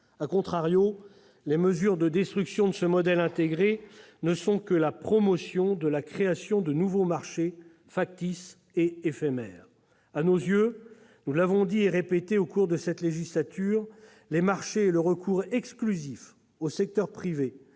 renouvelables., les mesures de destruction de ce modèle intégré ne sont que la promotion de la création de nouveaux marchés factices et éphémères. À nos yeux, et nous l'avons dit et répété au cours de cette législature, les marchés et le recours exclusif au secteur privé,